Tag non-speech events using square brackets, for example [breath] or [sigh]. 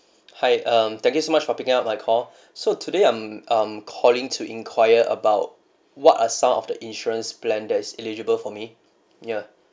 hi um thank you so much for picking up my call [breath] so today I'm I'm calling to enquire about what are some of the insurance plan there is eligible for me ya